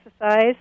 exercise